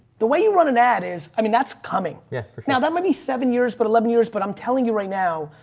the way you run an ad is, i mean, that's coming yeah now. that might be seven years but eleven years. but i'm telling you right now,